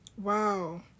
wow